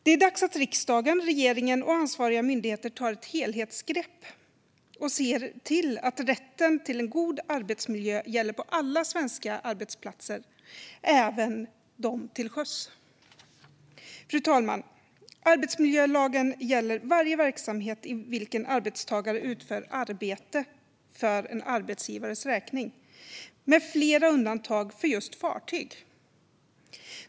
Det är dags att riksdagen, regeringen och ansvariga myndigheter tar ett helhetsgrepp och ser till att rätten till en god arbetsmiljö gäller på alla svenska arbetsplatser, även de till sjöss. Fru talman! Arbetsmiljölagen gäller varje verksamhet i vilken arbetstagare utför arbete för en arbetsgivares räkning, med flera undantag för just fartyg.